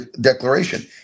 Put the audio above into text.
declaration